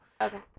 Okay